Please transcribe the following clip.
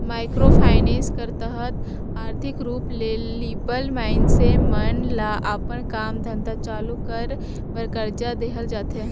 micro finance कर तहत आरथिक रूप ले लिबल मइनसे मन ल अपन काम धंधा चालू कर बर करजा देहल जाथे